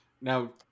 Now